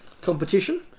competition